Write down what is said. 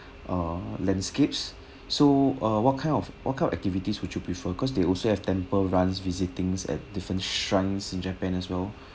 uh landscapes so uh what kind of what kind of activities would you prefer because they also have temple runs visiting at different shrines in japan as well